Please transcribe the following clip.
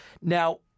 Now